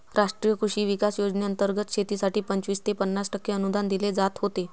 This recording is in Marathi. राष्ट्रीय कृषी विकास योजनेंतर्गत शेतीसाठी पंचवीस ते पन्नास टक्के अनुदान दिले जात होते